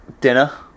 dinner